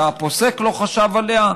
שהפוסק לא חשב עליה?